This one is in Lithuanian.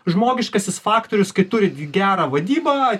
žmogiškasis faktorius kai turit gerą vadybą